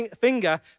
finger